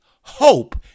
hope